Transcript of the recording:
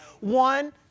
One